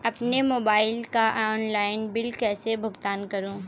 अपने मोबाइल का online bill कैसे भुगतान करूं?